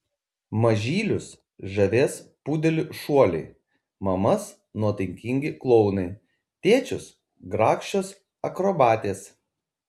mažylius žavės pudelių šuoliai mamas nuotaikingi klounai tėčius grakščios akrobatės